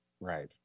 Right